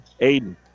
Aiden